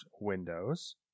Windows